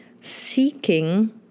seeking